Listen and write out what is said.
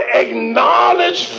acknowledge